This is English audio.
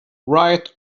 right